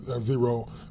zero